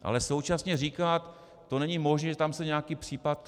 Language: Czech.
Ale současně říkat, to není možné, že tam se nějaký případ...